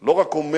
לא רק עומד